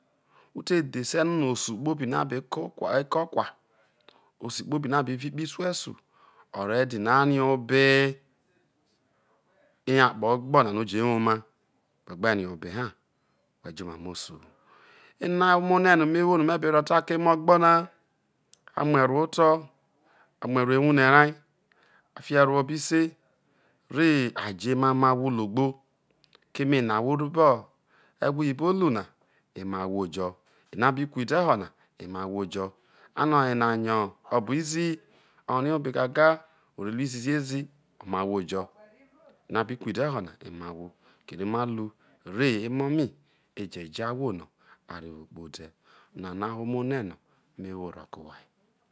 Ute dhese no̱ osu kpobi no̱ abe ke̱ okwa osu kpobi no̱ abi vi kpoho isu esu o̱ re dina rie obe ere akpo ogbo na o re jo woma whe gbe rie obe na whe re jo omamo osu hu ena ho̱ omo hre no̱ me wo no̱ me̱ be ro̱ ta ke̱ emo̱ ogbo na a mue roho oto a mu eroho ewuhre rai a fi ero ho obe se re ajo̱ emamo ahwo logbo keme no̱ ahwo rro obo ewho-oyibo ru na emo owho jo̱ eno a bi ku ide ho na emo ahwojo ano oye nayo obo izi o̱ rie obo gaga, o re ru izi zi ezi o̱mo̱ ahwo kere ma ro re emo mai eje̱ jo̱ ahwo no̱ a re wo okpode̱ o̱nana ho̱ omohre̱ no̱ me wo roke̱ owhai.